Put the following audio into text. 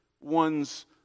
one's